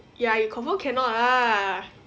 ya you confirm cannot lah